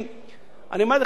ולדעתי שווה לבדוק את העניין,